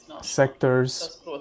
sectors